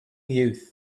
youth